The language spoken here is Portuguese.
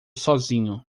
sozinho